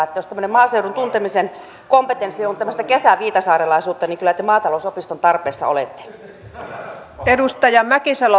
jos tämmöinen maaseudun tuntemisen kompetenssi on tämmöistä kesäviitasaarelaisuutta niin kyllä te maatalousopiston tarpeessa olette